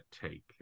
take